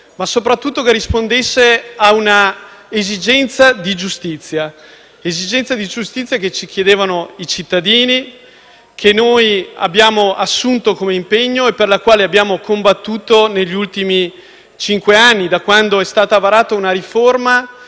che soprattutto rispondesse a una esigenza di giustizia che ci chiedevano i cittadini. Noi abbiamo assunto questa esigenza come impegno e per essa abbiamo combattuto negli ultimi cinque anni, da quando è stata varata una riforma